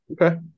Okay